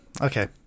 okay